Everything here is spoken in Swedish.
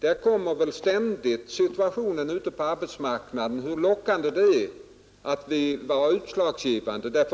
Där kommer alltid läget ute på arbetsmarknaden att vara utslagsgivande.